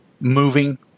moving